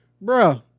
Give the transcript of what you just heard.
bro